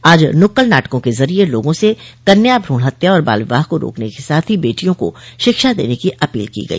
आज नुक्कड़ नाटकों के जरिए लोगों से कन्या भ्रूण हत्या और बाल विवाह को रोकने के साथ ही बेटियों को शिक्षा देने की अपील की गई